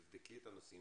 תבדקי את הנושאים.